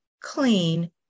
clean